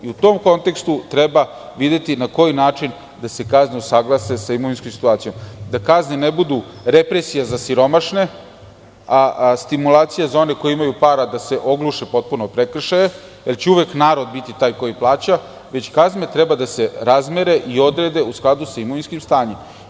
U tom kontekstu, treba videti na koji način da se kazne usaglase sa imovinskom situacijom, da kaznene budu represija za siromašne a stimulacija za one koji imaju para da se ogluše potpuno o prekršaje, jer će uvek narod biti taj koji plaća, već kazne treba da se razmere i odrede u skladu sa imovinskim stanjem.